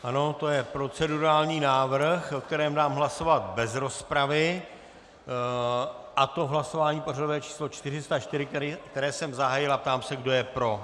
Ano, to je procedurální návrh, o kterém dám hlasovat bez rozpravy, a to v hlasování pořadové číslo 404, které jsem zahájil, a ptám se, kdo je pro.